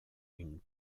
une